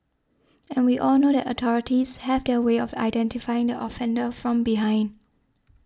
and we all know that authorities have their way of identifying the offender from behind